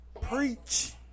Preach